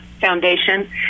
Foundation